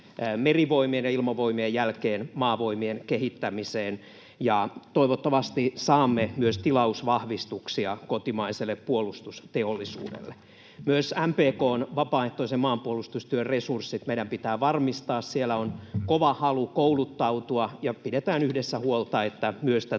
Merivoimien ja Ilmavoimien jälkeen Maavoimien kehittämiseen, ja toivottavasti saamme myös tilausvahvistuksia kotimaiselle puolustusteollisuudelle. Myös MPK:n vapaaehtoisen maanpuolustustyön resurssit meidän pitää varmistaa. Siellä on kova halu kouluttautua, ja pidetään yhdessä huolta, että myös tätä